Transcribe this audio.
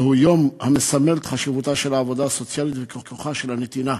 זהו יום המסמל את חשיבותה של העבודה הסוציאלית ואת כוחה של הנתינה.